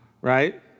right